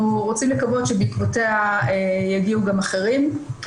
רוצים לקוות שבעקבותיה יגיעו גם אחרים.